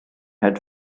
had